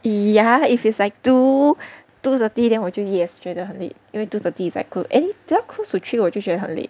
ya if it's like two two thirty then 我就 yes 觉得很 late 因为 two thirty is like close eh ya close to three 我就觉得很累